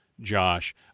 Josh